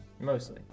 Mostly